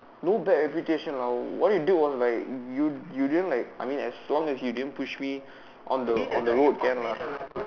no bad reputation lah what you did was like if you you didn't I mean as long as you didn't push me on the road can lah